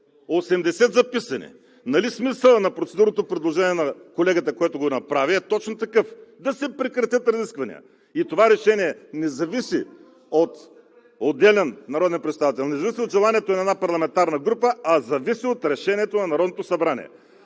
80 записани? Нали смисълът на процедурата – предложението на колегата, който го направи, е точно такъв: да се прекратят разискванията. И това решение не зависи от отделен народен представител, не зависи от желанието на една парламентарна група, а зависи от решението на Народното събрание.